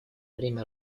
время